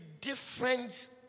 different